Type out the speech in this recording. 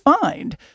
find